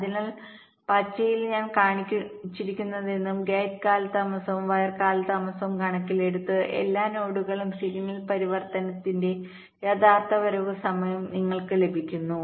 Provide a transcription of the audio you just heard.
അതിനാൽ പച്ചയിൽ ഞാൻ കാണിച്ചിരിക്കുന്നതെന്തും ഗേറ്റ് കാലതാമസവും വയർ കാലതാമസവും കണക്കിലെടുത്ത് എല്ലാ നോഡുകളിലും സിഗ്നൽ പരിവർത്തനത്തിന്റെ യഥാർത്ഥ വരവ് സമയം നിങ്ങൾക്ക് ലഭിക്കുന്നു